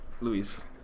Luis